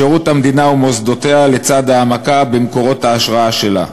שירות המדינה ומוסדותיה לצד העמקה במקורות ההשראה שלה,